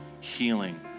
healing